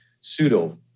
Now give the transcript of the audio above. pseudo